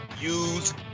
use